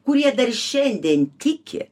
kurie dar šiandien tiki